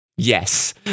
Yes